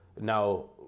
Now